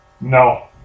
No